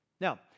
Now